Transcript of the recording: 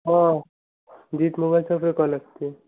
ହଁ gift mobile ସପ୍ରୁ call ଆସିଛି